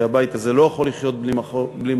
והבית הזה לא יכול לחיות בלי מחלוקות,